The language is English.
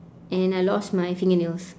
and I lost my fingernails